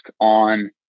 on